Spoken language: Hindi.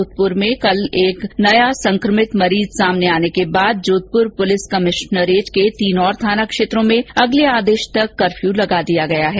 जोधपुर में कल एक नया संक्रमित मरीज सामने आने के बाद जोधपुर पुलिस कमिश्नरेट के तीन और थाना क्षेत्रों में अगले आदेश तक कर्फ्यू लगा दिया गया है